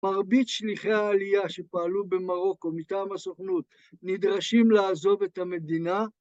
מרבית שליחי העלייה שפעלו במרוקו מטעם הסוכנות נדרשים לעזוב את המדינה